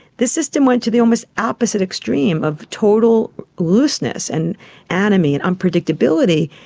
this system went to the almost opposite extreme of total looseness and anomie and unpredictability.